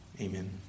Amen